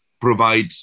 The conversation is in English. provide